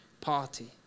party